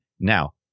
Now